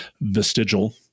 vestigial